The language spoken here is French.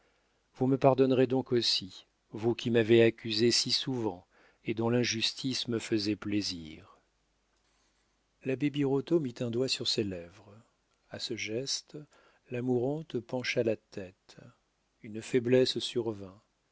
vous me pardonnerez donc aussi vous qui m'avez accusée si souvent et dont l'injustice me faisait plaisir l'abbé birotteau mit un doigt sur ses lèvres a ce geste la mourante pencha la tête une faiblesse survint